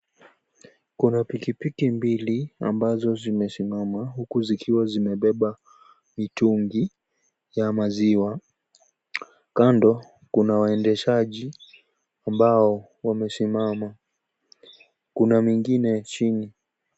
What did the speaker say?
Kuna pikipiki mbili ambazo zimesimama huku zikiwa zimebeba mitungi ya maziwa ,Kando kuna waendeshaji ambao wamesimama ,kuna mingine chini.